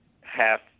half